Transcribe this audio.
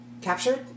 captured